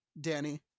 Danny